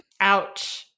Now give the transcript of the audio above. ouch